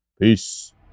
Peace